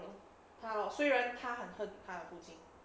他虽然他很恨他的父亲